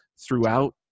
throughout